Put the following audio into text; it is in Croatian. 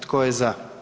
Tko je za?